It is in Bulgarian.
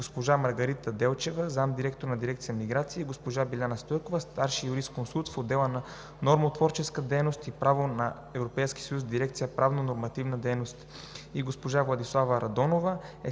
госпожа Маргарита Делчева – заместник-директор на дирекция „Миграция“, госпожа Биляна Стойкова – старши юрисконсулт в отдел „Нормотворческа дейност и право на ЕС“ в дирекция „Правно-нормативна дейност“, и госпожа Владислава Радонова